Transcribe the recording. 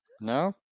No